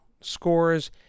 scores